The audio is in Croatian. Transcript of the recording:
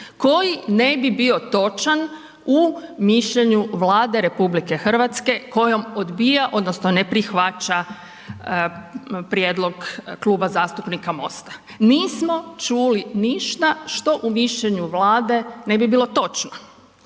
koji ne bi bio točan u mišljenju Vlade RH kojom odbija odnosno ne prihvaća prijedlog Kluba zastupnika MOST-a, nismo čuli ništa što u mišljenju Vlade ne bi bilo točno.